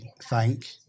thank